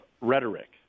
rhetoric